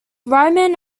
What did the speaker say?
riemann